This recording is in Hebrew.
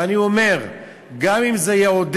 ואני אומר: גם אם זה יעודד,